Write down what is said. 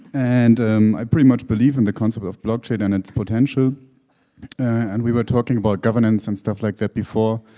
and i pretty much believe in the concept of blockchain and its potential and we were talking about governance and stuff like that before.